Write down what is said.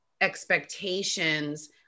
expectations